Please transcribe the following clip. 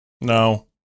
No